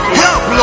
help